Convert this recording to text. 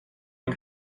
yng